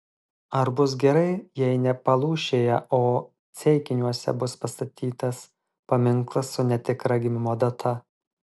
ar bus gerai jei ne palūšėje o ceikiniuose bus pastatytas paminklas su netikra gimimo data